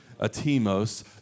Atimos